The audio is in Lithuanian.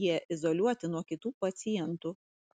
jie izoliuoti nuo kitų pacientų